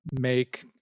make